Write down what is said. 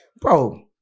bro